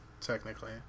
technically